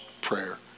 prayer